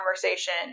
conversation